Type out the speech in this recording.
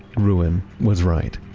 gruen was right.